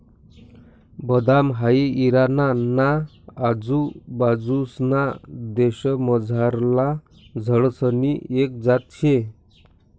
बदाम हाई इराणा ना आजूबाजूंसना देशमझारला झाडसनी एक जात शे